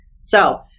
So-